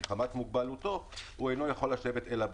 לחוק], מתקינה הממשלה תקנות אלה: